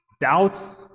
Doubts